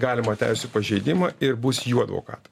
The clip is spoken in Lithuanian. galimą teisių pažeidimą ir bus jų advokatai